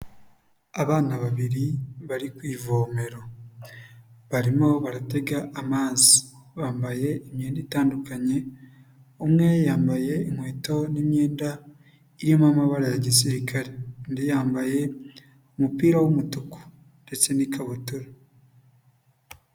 Abana babiri bari ku ivomero, barimo baratega amazi, bambaye imyenda itandukanye, umwe yambaye inkweto n'imyenda irimo amabara ya gisirikare undi yambaye umupira w'umutuku ndetse n'ikabutura.